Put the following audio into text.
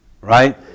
right